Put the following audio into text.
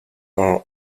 are